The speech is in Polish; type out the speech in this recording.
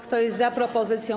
Kto jest za propozycją